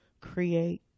create